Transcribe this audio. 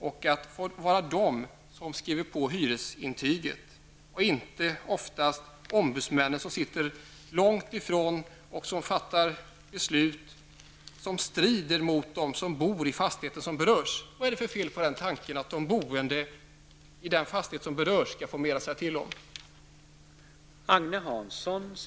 Varför kan inte de få skriva på hyresintyget och inte, som det ofta är nu, ombudsmännen som sitter långt ifrån och som fattar beslut som strider mot deras vilja som bor i fastigheten som berörs. Vad är det för fel på den tanken att de boende i den fastighet som berörs skall få mer att säga till om?